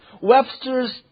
Webster's